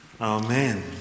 Amen